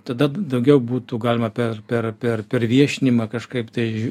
tada daugiau būtų galima per per ar per viešinimą kažkaip tai